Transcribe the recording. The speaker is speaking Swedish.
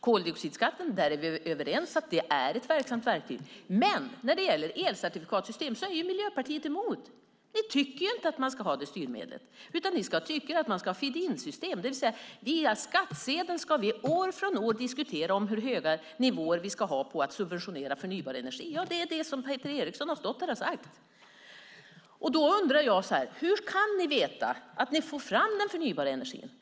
Vi är överens om att koldioxidskatten är ett verksamt verktyg, men när det gäller elcertifikatssystem är Miljöpartiet emot. Ni tycker inte att det styrmedlet ska finnas. Ni tycker att det ska vara ett feed in-system, det vill säga att via skattsedeln år från år diskutera hur höga nivåer det ska vara för att subventionera förnybar energi. Det är det Peter Eriksson har sagt här. Hur kan ni veta att ni får fram den förnybara energin?